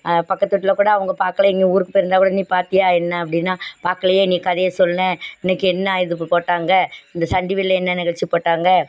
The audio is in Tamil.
பக்கத்து வீட்டில்க்கூட அவங்க பார்க்கல எங்கே ஊருக்கு போய் இருந்தால்க்கூட நீ பார்த்தியா என்ன அப்படின்னா பார்க்கலயே நீ கதையை சொல்லேன் இன்றைக்கு என்ன இதுக்கு போட்டாங்க இந்த சன்டிவியில் என்ன நிகழ்ச்சி போட்டாங்க